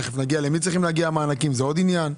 תכף נגיע למי צריכים להגיע המענקים, זה עוד עניין.